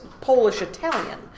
Polish-Italian